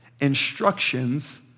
instructions